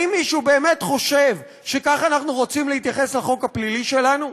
האם מישהו באמת חושב שכך אנחנו רוצים להתייחס לחוק הפלילי שלנו?